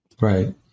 Right